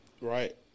Right